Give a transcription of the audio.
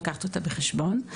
בחשבון.